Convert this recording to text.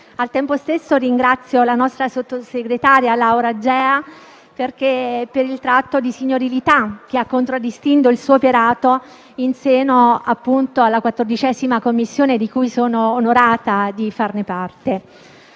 Al tempo stesso, ringrazio il sottosegretario Laura Agea per il tratto di signorilità che ha contraddistinto il suo operato in seno alla 14a Commissione, di cui sono onorata di fare parte.